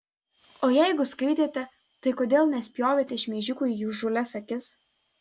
o jeigu skaitėte tai kodėl nespjovėte šmeižikui į įžūlias akis